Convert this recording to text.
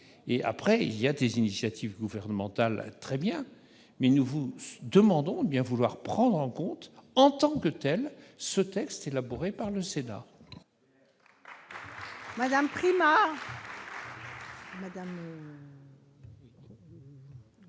Qu'il y ait des initiatives gouvernementales, c'est très bien, mais nous vous demandons de bien vouloir prendre en compte, en tant que tel, ce texte issu de travaux du Sénat.